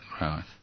Right